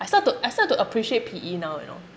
I start to I start to appreciate P_E now you know